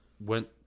went